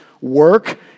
work